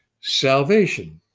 salvation